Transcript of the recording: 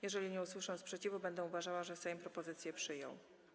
Jeżeli nie usłyszę sprzeciwu, będę uważała, że Sejm propozycję przyjął.